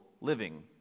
living